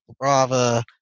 Brava